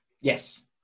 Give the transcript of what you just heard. Yes